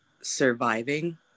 surviving